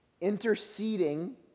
Interceding